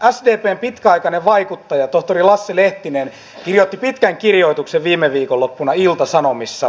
sdpn pitkäaikainen vaikuttaja tohtori lasse lehtinen kirjoitti pitkän kirjoituksen viime viikonloppuna ilta sanomissa